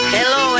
Hello